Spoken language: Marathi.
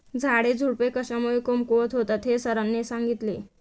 झाडेझुडपे कशामुळे कमकुवत होतात हे सरांनी सांगितले